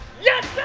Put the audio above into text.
yes, sir!